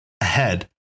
Ahead